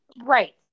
Right